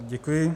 Děkuji.